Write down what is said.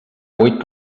vuit